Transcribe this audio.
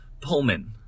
Pullman